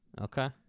Okay